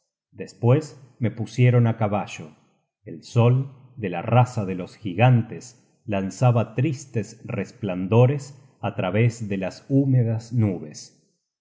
despues me pusieron á caballo el sol de la raza de los gigantes lanzaba tristes resplandores á través de las húmedas nubes